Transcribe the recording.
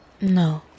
No